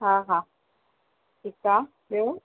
हा हा ठीकु आहे ॿियो